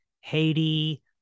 Haiti